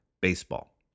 baseball